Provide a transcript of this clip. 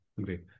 great